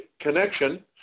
connection